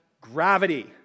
gravity